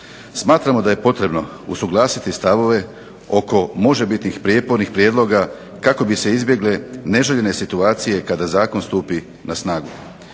Smatramo da je potrebno usuglasiti stavove oko možebitnih prijepornih prijedloga kako bi se izbjegle neželjene situacije kada zakon stupi na snagu.